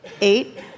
Eight